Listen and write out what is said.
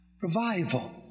Revival